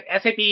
SAP